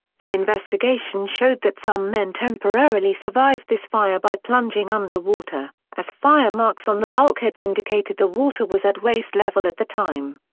the investigation showed that some men temporarily survived this fire by plunging under water, as fire marks on the bulkheads indicated the water was at waist level at the time.